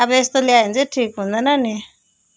अब यस्तो ल्यायो भने ठिक हुँदैन नि